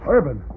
Urban